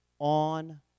on